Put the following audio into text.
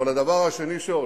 אבל הדבר השני שעולה,